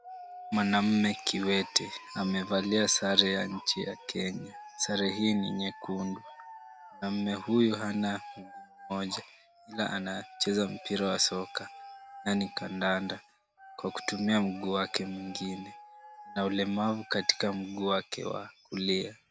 Mwanamume kiwete amevalia sare ya nchi ya Kenya, sare hii ni nyekundu. Mwanaume huyu ana mguu mmoja ila anacheza mpira wa soka yaani kandanda kwa kutumia mguu wake mwingine ana ulemavu katika mguu wake wa kulia.